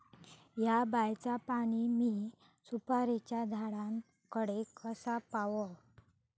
हया बायचा पाणी मी सुपारीच्या झाडान कडे कसा पावाव?